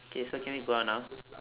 K so can we go out now